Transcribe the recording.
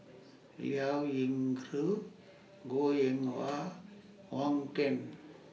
Liao Yingru Goh Eng Wah Wong Keen